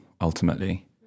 ultimately